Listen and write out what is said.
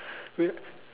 we